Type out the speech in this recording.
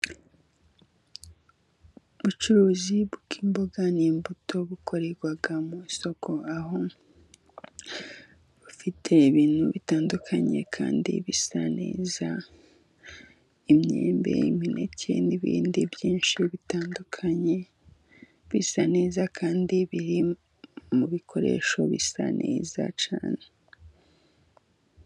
Ubucuruzi bw'imboga n'imbuto bukorerwa mu isoko, aho bufite ibintu bitandukanye kandi bisa neza. Imyembe, imineke n'ibindi byinshi bitandukanye bisa neza, kandi biri mu bikoresho bisa neza cyane.